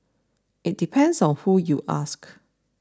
it depends on who you ask